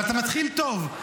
אבל אתה מתחיל טוב.